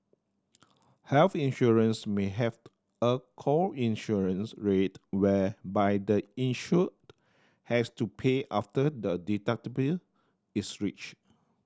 health insurance may have a co insurance rate whereby the insured has to pay after the is reached